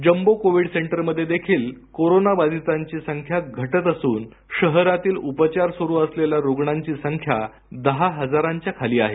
jumbo covid सेंटरमध्ये देखील corona बाधितांची संख्या घटत असून शहरातील उपचार सुरू असलेल्या रुग्णांची संख्या दहा हजारांच्या खाली आहे